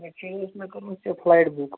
actually ٲس مےٚ کٔرمٕژ یہِ فلایٹ بُک